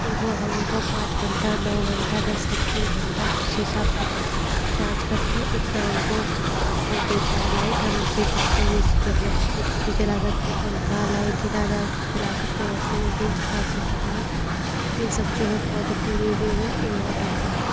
फिर वो हमको पाँच घंटा नौ घंटा दस सत्तर घंटा जिस हिसाब तक हम चार्ज करते हैं उतना हमको वो देता है लाइट हम उसे कुछ भी युज मतलब कुछ भी चला सकते पंखा लाइट चला जाए चला सकते हो वाशिंग मशीन चला सकते हैं ये सब जो है पॉजिटिव रिव्यूव इनवर्टर का